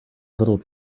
little